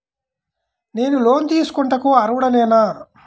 నేను లోన్ తీసుకొనుటకు అర్హుడనేన?